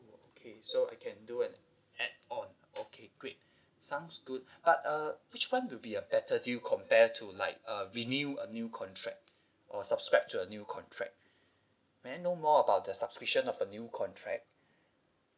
okay so I can do an add on okay great sounds good but uh which one will be a better deal compare to like uh renew a new contract or subscribe to a new contract may I know more about the subscription of a new contract